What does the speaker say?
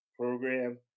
program